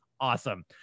awesome